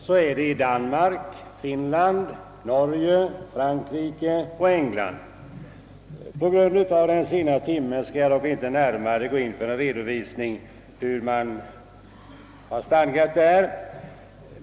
Så är fallet i Danmark, Finland, Norge, Frankrike och England. På grund av den sena timmen skall jag dock inte lämna någon närmare redovisning av dessa förhållanden.